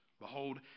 Behold